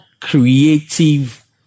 creative